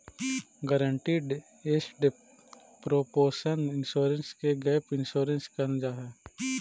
guaranteed asset proportion insurance के gap insurance कहल जाऽ हई